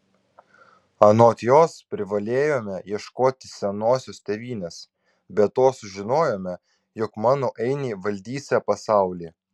anot jos privalėjome ieškoti senosios tėvynės be to sužinojome jog mano ainiai valdysią pasaulį